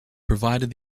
provided